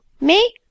Me